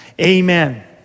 amen